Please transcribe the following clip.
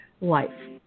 life